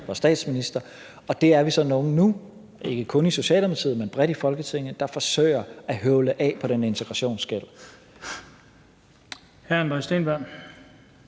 var statsminister. Vi er så nogle nu – ikke kun i Socialdemokratiet, men bredt i Folketinget – der forsøger at høvle af på den integrationsgæld.